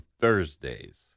Thursday's